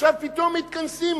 עכשיו פתאום מתכנסים,